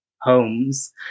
homes